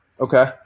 Okay